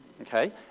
okay